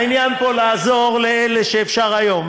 העניין פה הוא לעזור לאלה שאפשר היום,